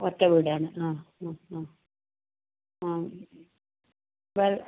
ഒറ്റ വീടാണ് ആ ആ ആ ആ വെള്ളം